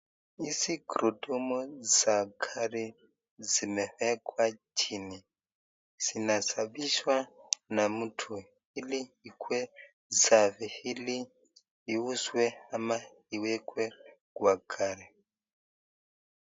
Hizi gurudumu za gari zimewekwa chini zinasafishwa na mtu ili ikuwe safi ili iuzwe ama iwekwe kwa gari.